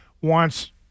wants